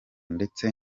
ndetse